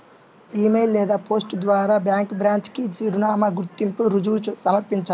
ఇ mail లేదా post ద్వారా bank branch కి చిరునామా, గుర్తింపు రుజువు సమర్పించాలి